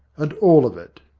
and all of it.